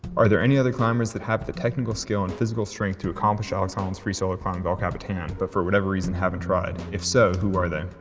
are there any other climbers that have the technical skill and physical strength to accomplish alex honnold's free solo climb of el capitan, but for whatever reason haven't tried, if so who are they?